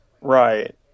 right